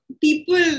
people